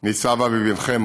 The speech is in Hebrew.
ניצב אבי בן חמו